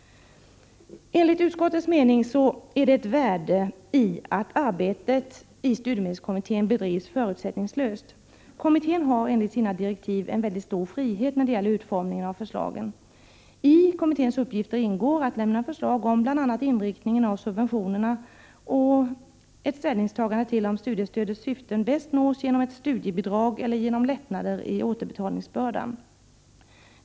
Enligt utskottets mening finns det ett värde i att arbetet i studiemedelskommittén bedrivs förutsättningslöst. Kommittén har enligt sina direktiv en mycket stor frihet när det gäller utformningen av förslagen. I kommitténs uppgifter ingår att lämna förslag om bl.a. inriktningen av subventionerna och ett ställningstagande till om studiestödets syften bäst nås genom ett studiebidrag eller genom lättnader i återbetalningsbördan.